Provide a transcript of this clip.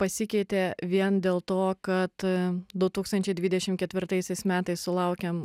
pasikeitė vien dėl to kad du tūkstančiai dvidešim ketvirtaisiais metais sulaukėm